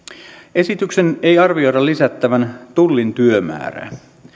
esityksen ei arvioida lisäävän tullin työmäärää